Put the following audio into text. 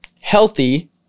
healthy